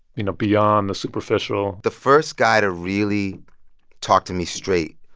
you know, beyond the superficial? the first guy to really talk to me straight,